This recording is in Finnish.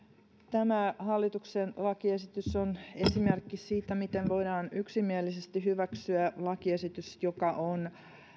tämä hallituksen lakiesitys on esimerkki siitä miten voidaan yksimielisesti hyväksyä lakiesitys joka on